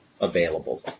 available